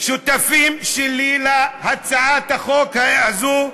ששותפים לי בהצעת החוק הזו,